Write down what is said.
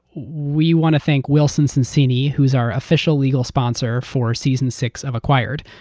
we want to thank wilson sonsini who's our official legal sponsor for season six of acquired.